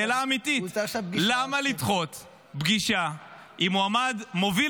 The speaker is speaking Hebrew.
שאלה אמיתית: למה לדחות פגישה עם מועמד מוביל